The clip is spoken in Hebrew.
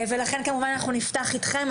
ולכן כמובן אנחנו נפתח אתכם.